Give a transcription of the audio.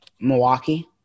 Milwaukee